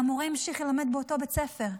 והמורה המשיך ללמד באותו בית ספר.